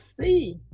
see